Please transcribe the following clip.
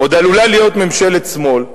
עוד עלולה להיות ממשלת שמאל,